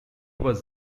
was